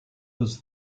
was